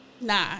Nah